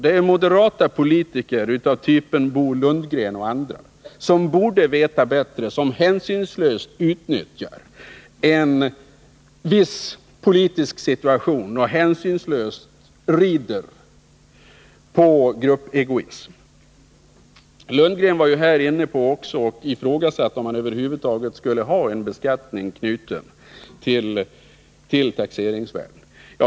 Det är moderata politiker som Bo Lundgren som borde veta bättre men som hänsynslöst utnyttjar en viss politisk situation och rider på gruppegoism. Bo Lundgren ifrågasatte också om man över huvud taget skulle ha en beskattning knuten till taxeringsvärden.